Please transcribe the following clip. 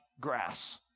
grass